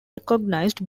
recognized